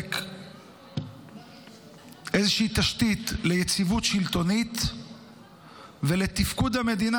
לספק איזושהי תשתית ליציבות שלטונית ולתפקוד המדינה